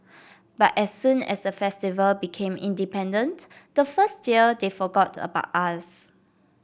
but as soon as the Festival became independent the first year they forgot about us